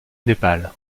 népal